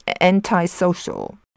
antisocial